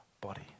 body